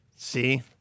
See